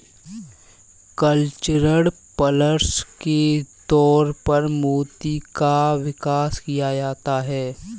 cultured pearls के तौर पर मोती का विकास किया जाता है